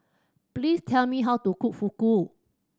please tell me how to cook Fugu